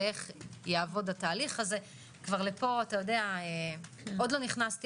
ואיך יעבוד התהליך הזה עוד לא נכנסתי